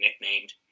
nicknamed